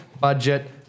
budget